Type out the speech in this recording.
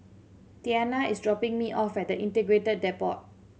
Tianna is dropping me off at Integrated Depot